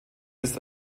ist